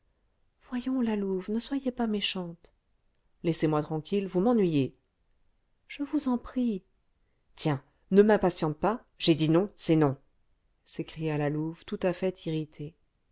voyons la louve ne soyez pas méchante laissez-moi tranquille vous m'ennuyez je vous en prie tiens ne m'impatiente pas j'ai dit non c'est non s'écria la louve tout à fait irritée